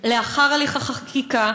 לאחר הליך החקיקה,